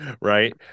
right